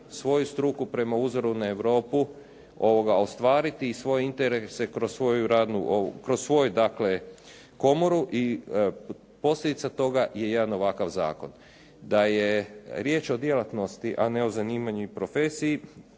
svoju struku prema uzoru na Europu ostvariti i svoje interese kroz svoju radnu, kroz svoju dakle komoru i posljedica toga je jedan ovakav zakon. Da je riječ o djelatnosti, a ne o zanimanju i profesiji